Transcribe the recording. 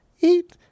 eat